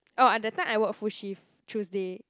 oh at that time I work full shift Tuesday